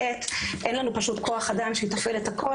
אין לנו פשוט כוח אדם שיתפעל את הכול,